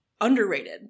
underrated